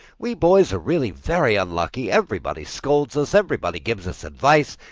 we boys are really very unlucky. everybody scolds us, everybody gives us advice,